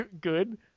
Good